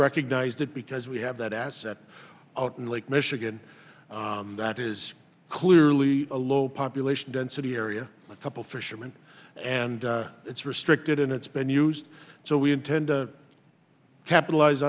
recognized that because we have that asset out in lake michigan that is clearly a low population density area a couple fisherman and it's restricted and it's been used so we intend to capitalize